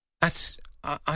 That's—I